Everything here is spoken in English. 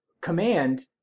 command